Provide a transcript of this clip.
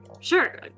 Sure